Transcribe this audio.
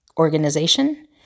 Organization